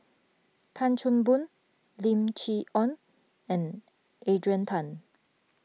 Tan Chan Boon Lim Chee Onn and Adrian Tan